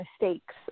mistakes